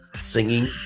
singing